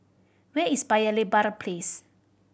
where is Paya Lebar Place